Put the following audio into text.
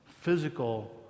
physical